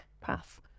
path